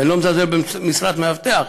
ואני לא מזלזל במשרת מאבטח,